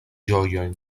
ĝojon